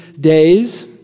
days